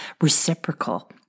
reciprocal